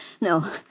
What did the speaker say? No